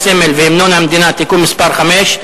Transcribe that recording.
הסמל והמנון המדינה (תיקון מס' 5),